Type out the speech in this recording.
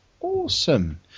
awesome